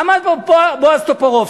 עמד פה בועז טופורובסקי,